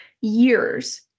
years